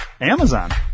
amazon